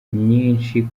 nyinshi